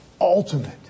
ultimate